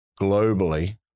globally